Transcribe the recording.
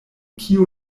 kiu